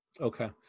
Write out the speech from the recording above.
Okay